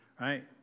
right